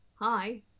hi